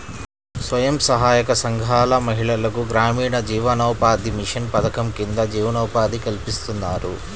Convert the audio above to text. స్వయం సహాయక సంఘాల మహిళలకు గ్రామీణ జీవనోపాధి మిషన్ పథకం కింద జీవనోపాధి కల్పిస్తున్నారు